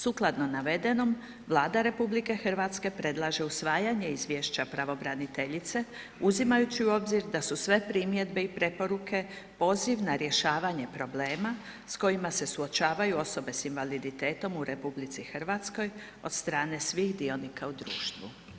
Sukladno navedenom, Vlada RH predlaže usvajanje izvješća pravobraniteljice uzimajući u obzir da su sve primjedbe i preporuke poziv na rješavanje problema s kojima se suočavaju osobe s invaliditetom u RH od strane svih dionika u društvu.